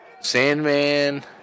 Sandman